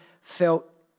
felt